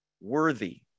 worthy